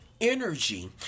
Energy